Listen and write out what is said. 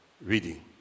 reading